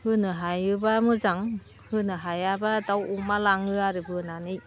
होनो हायोब्ला मोजां होनो हायाब्ला दाउ अमा लाङो आरो बोनानै